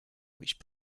which